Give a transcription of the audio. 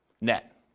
net